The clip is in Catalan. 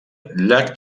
llac